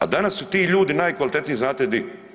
A danas su ti ljudi najkvalitetniji, znate di?